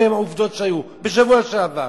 אלה העובדות שהיו בשבוע שעבר.